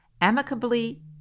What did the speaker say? amicably